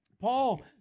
Paul